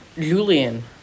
Julian